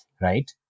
right